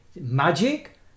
Magic